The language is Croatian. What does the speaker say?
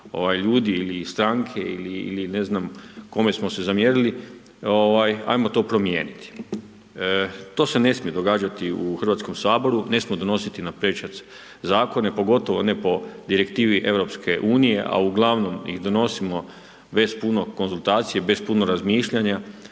ljudi ili stranke ili ne znam kome smo se zamjerili, ajmo to promijeniti, to se ne smije događati u HS, ne smijemo donositi naprečac zakone, pogotovo ne po Direktivi EU, a uglavnom ih donosimo bez puno konzultacija, bez puno razmišljanja